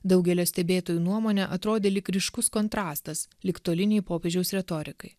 daugelio stebėtojų nuomone atrodė lyg ryškus kontrastas ligtolinei popiežiaus retorikai